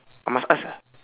I must ask